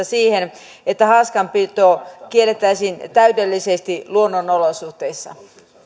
siihen että haaskanpito kiellettäisiin täydellisesti luonnon olosuhteissa